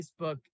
Facebook